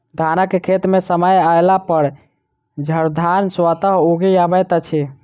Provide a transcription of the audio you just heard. धानक खेत मे समय अयलापर झड़धान स्वतः उगि अबैत अछि